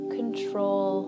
control